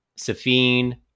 Safine